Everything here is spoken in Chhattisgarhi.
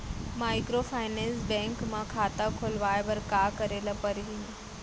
माइक्रोफाइनेंस बैंक म खाता खोलवाय बर का करे ल परही?